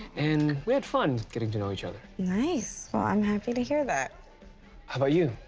and we had fun getting to know each other. nice. well, i'm happy to hear that. how about you?